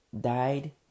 died